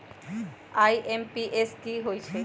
IMPS की होईछइ?